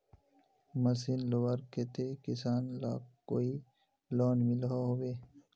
Machine लुबार केते किसान लाक कोई लोन मिलोहो होबे?